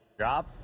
drop